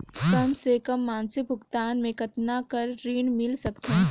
कम से कम मासिक भुगतान मे कतना कर ऋण मिल सकथे?